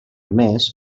més